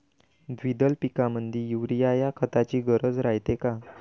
द्विदल पिकामंदी युरीया या खताची गरज रायते का?